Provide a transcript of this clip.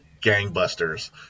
gangbusters